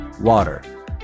Water